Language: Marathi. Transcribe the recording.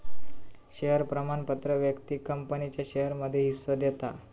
शेयर प्रमाणपत्र व्यक्तिक कंपनीच्या शेयरमध्ये हिस्सो देता